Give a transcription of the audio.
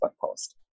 post